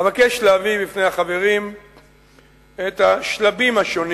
אבקש להביא בפני החברים את השלבים השונים